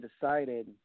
decided